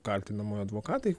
kaltinamojo advokatai